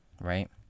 right